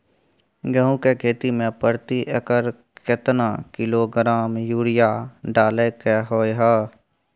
गेहूं के खेती में प्रति एकर केतना किलोग्राम यूरिया डालय के होय हय?